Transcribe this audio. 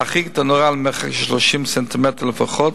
להרחיק את הנורה למרחק של 30 ס"מ לפחות,